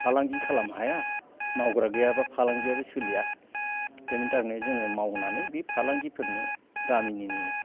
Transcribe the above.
फालांगि खालामनो हाया मावग्रा गैयाबा फालांगियाबो सोलिया दा बेनि थाखायनो जोङो मावनानै बे फालांगिफोरनो गामिनिनो